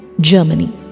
Germany